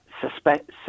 suspect